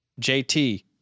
JT